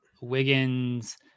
Wiggins